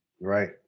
Right